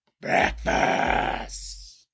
breakfast